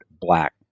black